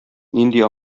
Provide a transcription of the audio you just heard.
нинди